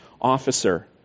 officer